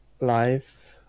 life